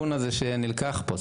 שהסיכון הזה שנלקח פה.